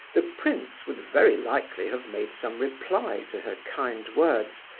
the prince would very likely have made some reply to her kind words,